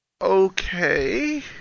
Okay